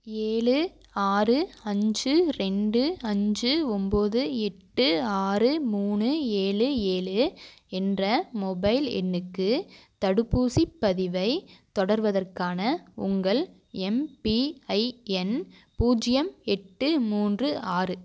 ஏழு ஆறு அஞ்சு ரெண்டு அஞ்சு ஒம்பது எட்டு ஆறு மூணு ஏழு ஏழு என்ற மொபைல் எண்ணுக்கு தடுப்பூசிப் பதிவை தொடர்வதற்கான உங்கள் எம்பிஐஎன் பூஜ்ஜியம் எட்டு மூன்று ஆறு